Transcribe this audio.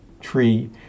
tree